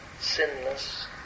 sinless